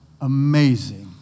amazing